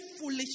foolish